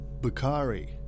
Bukhari